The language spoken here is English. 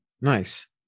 Nice